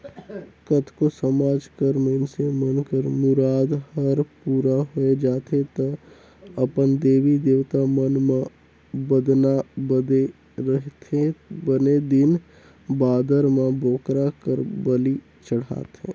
कतको समाज कर मइनसे मन कर मुराद हर पूरा होय जाथे त अपन देवी देवता मन म बदना बदे रहिथे बने दिन बादर म बोकरा कर बली चढ़ाथे